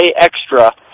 extra